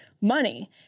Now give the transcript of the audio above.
money